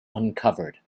uncovered